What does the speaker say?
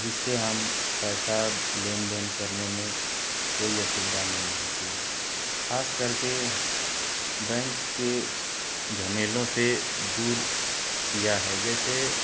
जिससे हम पैसा लेन देन करने में कोई असुविधा नहीं होती है खास कर के बैंक के झमेलो से दूर किया है जैसे